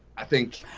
i think,